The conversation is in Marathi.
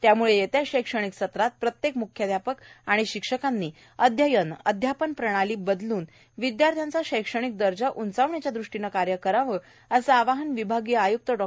त्यामुळे येत्या शैक्षणिक सत्रात प्रत्येक मुख्याध्यापक शिक्षकांनी अध्ययन अध्यापन प्रणाली बदलून विद्यार्थ्यांचा शैक्षणिक दर्जा उंचावण्याच्या ृष्टीने कार्य करा असे आवाहन विभागीय आय्क्त डॉ